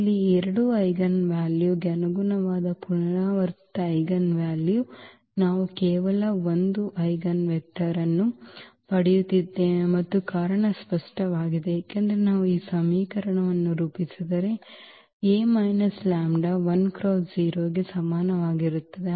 ಇಲ್ಲಿ ಈ 2 eigen value ಗೆ ಅನುಗುಣವಾದ ಪುನರಾವರ್ತಿತ ಐಜೆನ್ ವ್ಯಾಲ್ಯೂ ನಾವು ಕೇವಲ 1 ಐಜೆನ್ವೆಕ್ಟರ್ ಅನ್ನು ಪಡೆಯುತ್ತಿದ್ದೇವೆ ಮತ್ತು ಕಾರಣ ಸ್ಪಷ್ಟವಾಗಿದೆ ಏಕೆಂದರೆ ನಾವು ಈ ಸಮೀಕರಣವನ್ನು ರೂಪಿಸಿದರೆ A minus lambda I x 0 ಗೆ ಸಮನಾಗಿರುತ್ತದೆ